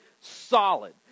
solid